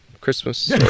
Christmas